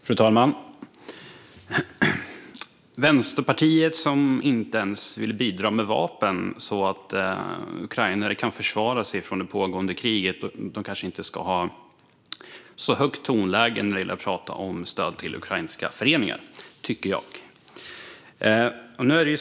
Fru talman! Vänsterpartiet vill inte ens bidra med vapen så att ukrainare kan försvara sig i det pågående kriget. Man kanske inte ska ha så högt tonläge när det gäller att tala om stöd till ukrainska föreningar, tycker jag.